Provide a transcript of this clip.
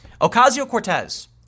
Ocasio-Cortez